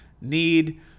need